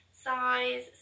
size